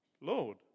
Lord